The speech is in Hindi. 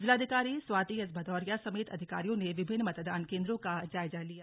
जिलाधिकारी स्वाति एस भदौरिया समेत अधिकारियों ने विभिन्न मतदान केंद्रों का जायजा लिया